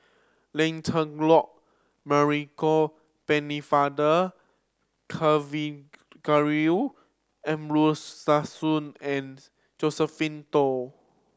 Lancelot Pennefather Kavignareru Amallathasan and Josephine Teo